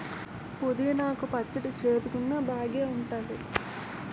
పుదీనా కు పచ్చడి సేదుగున్నా బాగేఉంటాది